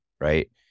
right